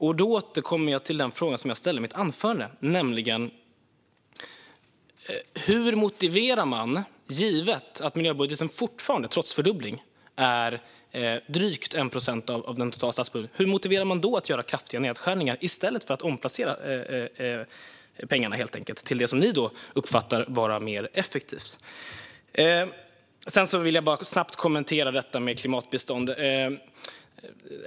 Jag återkommer då till den fråga jag ställde i mitt anförande: Hur motiverar man, givet att miljöbudgeten trots fördubblingen fortfarande är bara drygt 1 procent av den totala statsbudgeten, att göra kraftiga nedskärningar i stället för att helt enkelt omplacera pengarna till sådant som ni uppfattar som mer effektivt? Sedan vill jag snabbt kommentera detta med klimatbistånd.